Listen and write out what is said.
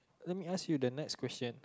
let me ask you the next question